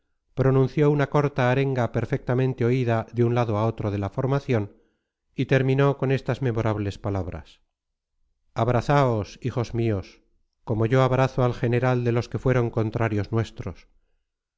pronunció una corta arenga perfectamente oída de un lado a otro de la formación y terminó con estas memorables palabras abrazaos hijos míos como yo abrazo al general de los que fueron contrarios nuestros